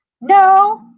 No